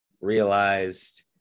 realized